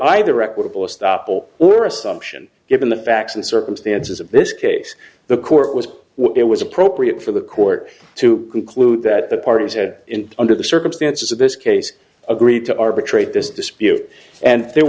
either equitable stoppel or assumption given the facts and circumstances of this case the court was what it was appropriate for the court to conclude that the parties had in under the circumstances of this case agreed to arbitrate this dispute and there